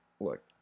look